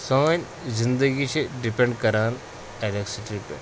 سٲنۍ زِندگی چھِ ڈِپٮ۪نٛڈ کَران اٮ۪لَکسٹری پٮ۪ٹھ